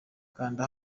kanda